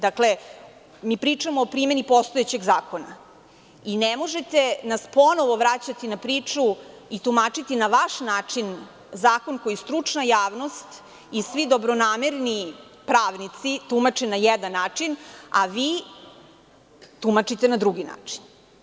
Dakle, mi pričamo o primeni postojećeg zakona i ne možete nas ponovo vraćati na priču i tumačiti na vaš način zakon koji stručna javnost i svi dobronamerni pravnici tumače na jedan način, a vi tumačite na drugi način.